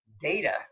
data